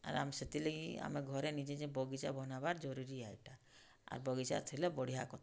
ଆର୍ ଆମେ ସେଥିର୍ଲାଗି ଆମେ ଘରେ ନିଜେ ଯେ ବଗିଚା ବନାବାର୍ ଜରୁରୀ ଆଏ ଇଟା ଆର୍ ବଗିଚା ଥିଲେ ବଢ଼ିଆ କଥା